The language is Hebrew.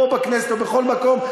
פה בכנסת ובכל מקום,